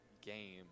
game